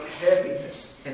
heaviness